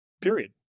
period